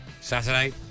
saturday